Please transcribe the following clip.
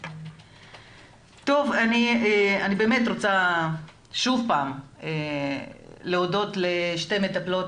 אני רוצה שוב להודות לשתי מטפלות